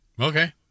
Okay